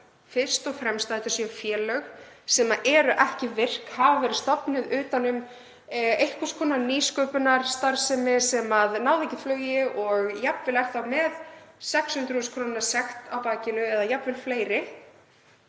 fyrst og fremst að þetta séu félög sem eru ekki virk, hafa verið stofnuð utan um einhvers konar nýsköpunarstarfsemi sem náði ekki flugi og eru jafnvel með 600.000 kr. sekt á bakinu eða jafnvel fleiri